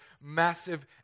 massive